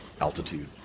altitude